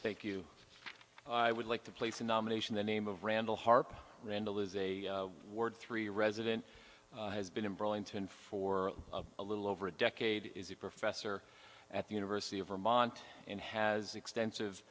thank you i would like to place in nomination the name of randall harper randall is a word three resident has been in burlington for a little over a decade is a professor at the university of vermont and has extensive